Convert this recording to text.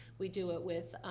we do it with